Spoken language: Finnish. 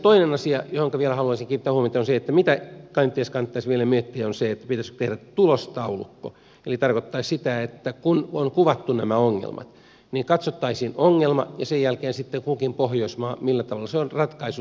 toinen asia johonka vielä haluaisin kiinnittää huomiota mitä kenties kannattaisi vielä miettiä on se pitäisikö tehdä tulostaulukko joka tarkoittaisi sitä että kun on kuvattu nämä ongelmat niin katsottaisiin ongelma ja sen jälkeen se millä tavalla kukin pohjoismaa sen on ratkaissut